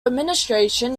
administration